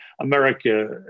America